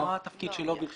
מה התפקיד שלו?